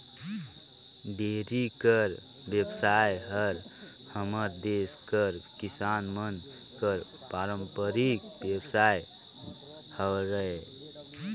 dairy कर बेवसाय हर हमर देस कर किसान मन कर पारंपरिक बेवसाय हरय